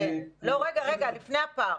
רגע, לפני הפער.